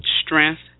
strength